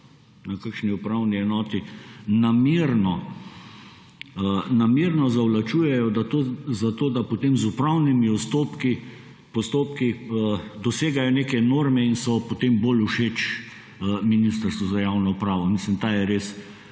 na kakšni upravni enoti namerno zavlačujejo zato, da potem z upravnimi postopki dosegajo neke norme in so potem bolj všeč Ministrstvu za javno upravo. Mislim, ta je res